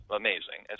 amazing